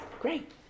Great